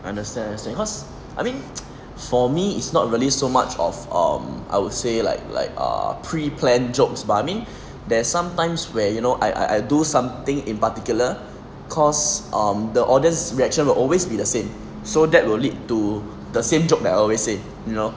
understand understand cause I think for me it's not really so much of um I would say like like err pre plan jokes but I mean there's sometimes where you know I I I do something in particular cause um the audience reaction will always be the same so that will lead to the same joke that I'll always say you know